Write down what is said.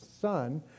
son